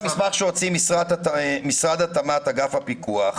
שהוציא משרד התמ"ת, אגף הפיקוח,